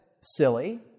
silly